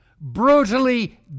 brutally